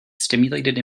stimulated